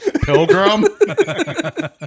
Pilgrim